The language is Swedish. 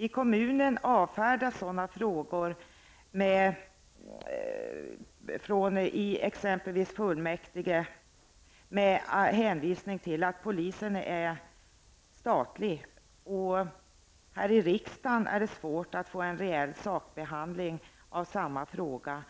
I kommunerna avfärdas sådana frågor, i exempelvis fullmäktige, med hänvisning till att polisen är statlig. Och här i riksdagen är det svårt att få en reell sakbehandling av samma fråga,